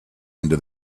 into